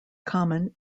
common